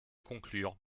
conclure